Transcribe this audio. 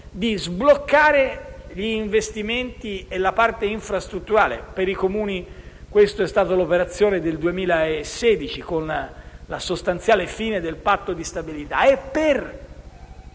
sbloccare gli investimenti e la parte infrastrutturale per i Comuni (questa è stata l'operazione del 2016 con la sostanziale fine del patto di stabilità)